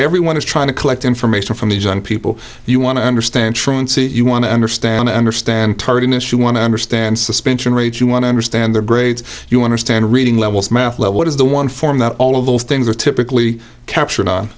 everyone is trying to collect information from these young people you want to understand truancy you want to understand understand tardiness you want to understand suspension rates you want to understand their grades you want to stand reading levels math level what is the one form that all of those things are typically captured